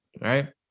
right